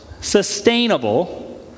sustainable